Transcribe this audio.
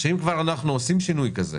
כבר אנחנו עושים שינוי כזה,